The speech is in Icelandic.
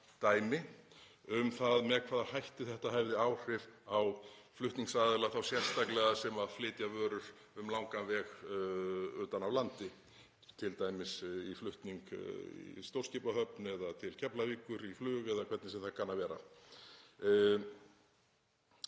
um það með hvaða hætti þetta hefði áhrif á flutningsaðila, þá sérstaklega sem flytja vörur um langan veg utan af landi, t.d. í flutning í stórskipahöfn eða til Keflavíkur í flug eða hvernig sem það kann að vera.